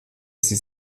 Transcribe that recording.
sie